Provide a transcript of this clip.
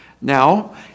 Now